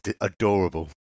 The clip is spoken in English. adorable